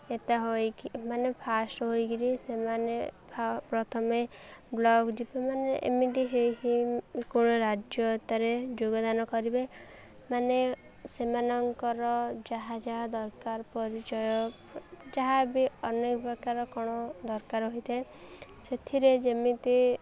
ଏଟା ହୋଇକି ମାନେ ଫାଷ୍ଟ ହୋଇକିରି ସେମାନେ ପ୍ରଥମେ ବ୍ଲକ୍ ଯିବ ମାନେ ଏମିତି ହେଇ ହେଇ କଣ ରାଜ୍ୟରେ ଯୋଗଦାନ କରିବେ ମାନେ ସେମାନଙ୍କର ଯାହା ଯାହା ଦରକାର ପରିଚୟ ଯାହା ବିି ଅନେକ ପ୍ରକାର କ'ଣ ଦରକାର ହୋଇଥାଏ ସେଥିରେ ଯେମିତି